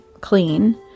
clean